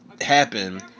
happen